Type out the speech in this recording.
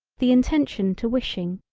the intention to wishing,